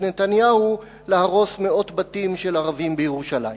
נתניהו להרוס מאות בתים של ערבים בירושלים.